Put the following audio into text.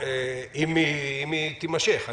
אם היא תימשך.